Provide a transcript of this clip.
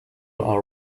are